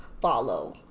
follow